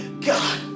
God